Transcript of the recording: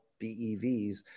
BEVs